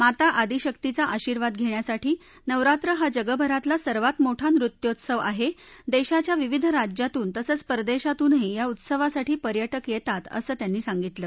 माता आदि शक्तीचा आशीर्वाद घध्वासाठी नवरात्र हा जगभरातला सर्वात मोठा नृत्योत्सव आहा इंग्रीच्या विविध राज्यातून तसंच परदधीतूनही या उत्सवासाठी पर्यटक यत्तित असं त्यांनी सांगितलं